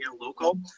local